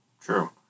True